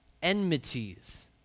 Enmities